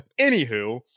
anywho